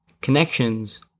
connections